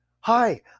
hi